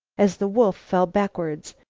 as the wolf fell backward.